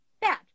bad